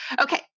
Okay